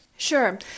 Sure